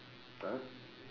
!huh!